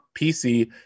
PC